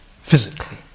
physically